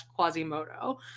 Quasimodo